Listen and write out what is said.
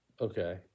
Okay